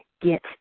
get